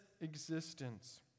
existence